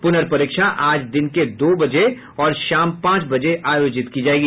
पुनर्परीक्षा आज दिन के दो बजे और शाम पांच बजे आयोजित की जाएगी